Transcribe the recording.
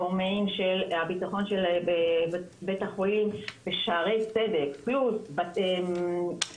גורמים של הביטחון של בית החולים בשערי צדק פלוס בט"פ,